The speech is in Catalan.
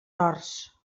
horts